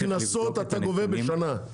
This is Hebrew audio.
כמה קנסות אתה גובה בשנה?